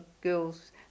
girls